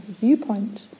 viewpoint